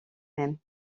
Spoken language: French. même